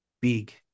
big